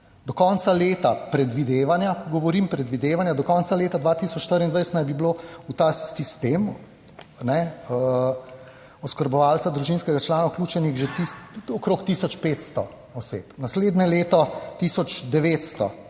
Do konca leta, predvidevanja govorim, predvidevanja do konca leta 2024 naj bi bilo v ta sistem, ne, oskrbovalca družinskega člana vključenih že okrog 1500 oseb, naslednje leto 1900,